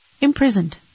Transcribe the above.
Imprisoned